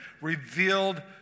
revealed